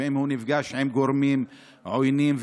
אם הוא נפגש עם גורמים עוינים,